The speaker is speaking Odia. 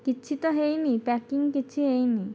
କିଛି ତ ହୋଇନାହିଁ ପ୍ୟାକିଂ କିଛି ହୋଇନାହିଁ